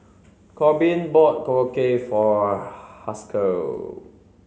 Korbin bought Korokke for Haskell